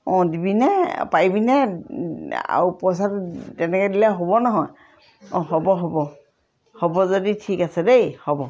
অঁ দিবিনে পাৰিবিনে আৰু পইচাটো তেনেকৈ দিলে হ'ব নহয় অঁ হ'ব হ'ব হ'ব যদি ঠিক আছে দেই হ'ব